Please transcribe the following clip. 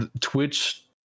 Twitch